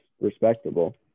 respectable